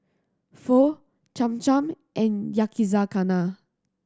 Pho Cham Cham and Yakizakana